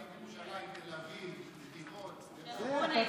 מה עם ירושלים, תל אביב, נתיבות, שייח'